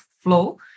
flow